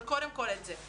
אבל קודם כל את זה.